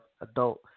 adult